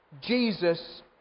Jesus